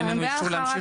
כי אין לנו אישור להמשיך.